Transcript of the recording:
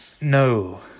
No